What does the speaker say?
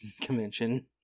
convention